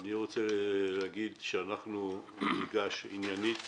אני רוצה להגיד שאנחנו ניגש עניינית